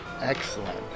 Excellent